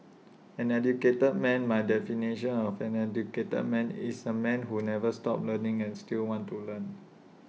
an educated man my definition of an educated man is A man who never stops learning and still wants to learn